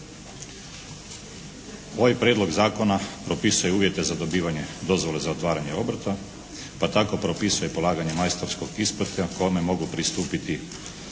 Ovaj Prijedlog zakona propisuje uvjete za dobivanje dozvole za otvaranje obrta pa tako propisuje polaganje majstorskog ispita kojemu mogu pristupiti